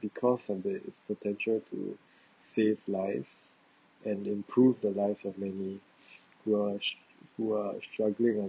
because of the potential to save lives and improve the lives of many who are who are struggling